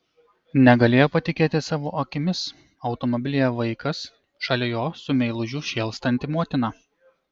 negalėjo patikėti savo akimis automobilyje vaikas šalia jo su meilužiu šėlstanti motina